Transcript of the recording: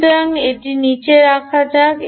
সুতরাং এটি নীচে রাখা যাক